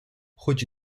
хоч